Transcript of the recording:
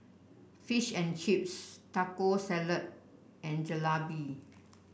Fish and Chips Taco Salad and Jalebi